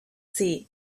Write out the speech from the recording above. see